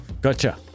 Gotcha